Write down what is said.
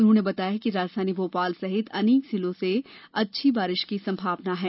उन्होंने बताया कि राजधानी भोपाल सहित अनेक जिलों में अच्छी बारिश की संभावना है